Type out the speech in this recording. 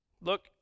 Look